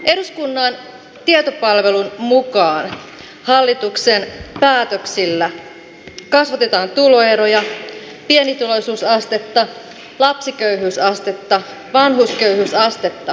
eduskunnan tietopalvelun mukaan hallituksen päätöksillä kasvatetaan tuloeroja pienituloisuusastetta lapsiköyhyysastetta vanhusköyhyysastetta